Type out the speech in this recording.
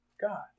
God